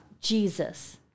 Jesus